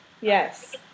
Yes